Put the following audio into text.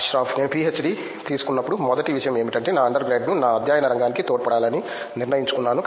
అష్రాఫ్ నేను పీహెచ్డీ తీసుకున్నప్పుడు మొదటి విషయం ఏమిటంటే నా అండర్ గ్రేడ్ను నా అధ్యయన రంగానికి తోడ్పడాలని నిర్ణయించుకున్నాను